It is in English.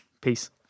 Peace